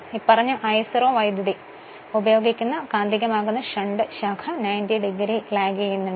ഇപ്പറഞ്ഞ I0 വൈദ്യുതി ഉപയോഗിക്കുന്ന കാന്തികമാക്കുന്ന ഷണ്ട് ശാഖ 90 ഡിഗ്രി പിന്നിലാണ്